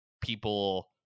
people